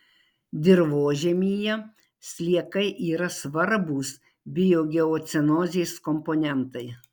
dirvožemyje sliekai yra svarbūs biogeocenozės komponentai